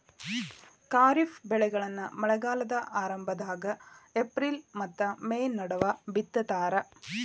ಖಾರಿಫ್ ಬೆಳೆಗಳನ್ನ ಮಳೆಗಾಲದ ಆರಂಭದಾಗ ಏಪ್ರಿಲ್ ಮತ್ತ ಮೇ ನಡುವ ಬಿತ್ತತಾರ